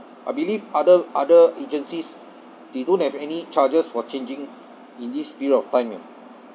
I believe other other agencies they don't have any charges for changing in this period of time you know